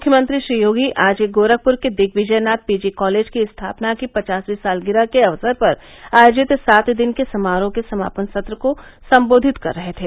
मुख्यमंत्री श्री योगी आज गोरखपुर के Digvijay Nath P G college की स्थापना के पचासवीं साल गिरह के अवसर पर आयोजित सात दिन के समारोह के समापन सत्र् को सम्बोधित कर रहे थे